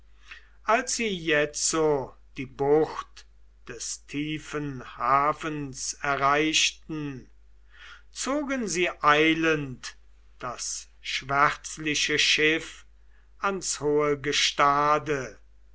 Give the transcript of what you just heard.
als sie jetzo die bucht des tiefen hafens erreichten zogen sie eilend das schwärzliche schiff ans hohe gestade